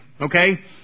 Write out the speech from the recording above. okay